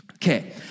Okay